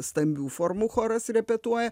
stambių formų choras repetuoja